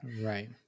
Right